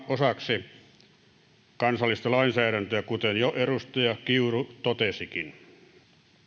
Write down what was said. osaksi kansallista lainsäädäntöä kuten edustaja kiuru jo totesikin